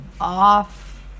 off